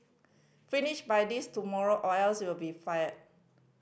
finish by this tomorrow or else you'll be fired